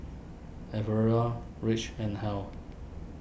Rich and Hal